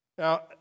Now